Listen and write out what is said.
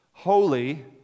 holy